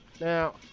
Now